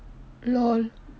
lol